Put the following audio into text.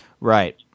Right